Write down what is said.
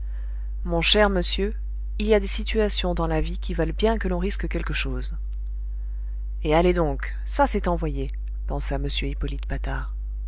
mon cher monsieur il y a des situations dans la vie qui valent bien que l'on risque quelque chose et allez donc ça c'est envoyé pensa m hippolyte patard